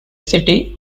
city